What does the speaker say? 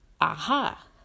aha